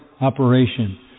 operation